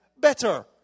better